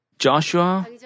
Joshua